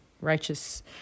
righteous